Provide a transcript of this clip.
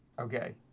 Okay